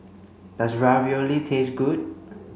does Ravioli taste good